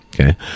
Okay